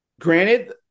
granted